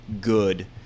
good